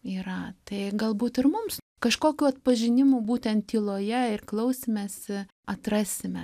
yra tai galbūt ir mums kažkokiu atpažinimu būtent tyloje ir klausymesi atrasime